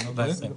אם אני לא טועה.